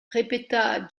répéta